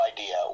idea